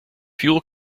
fuel